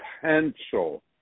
potential